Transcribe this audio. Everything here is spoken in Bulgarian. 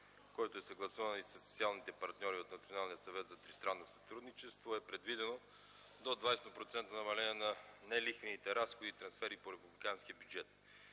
който е съгласуван и със социалните партньори от Националния съвет за тристранно сътрудничество, е предвидено до 20% намаление на нелихвените разходи и трансфери по републиканския бюджет.